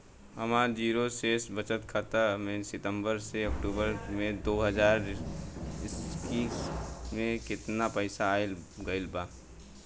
हमार जीरो शेष बचत खाता में सितंबर से अक्तूबर में दो हज़ार इक्कीस में केतना पइसा आइल गइल बा?